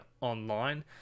online